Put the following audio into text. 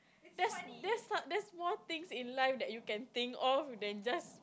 there's there's so~ there's more things in life that you can think of than just